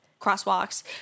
crosswalks